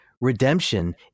Redemption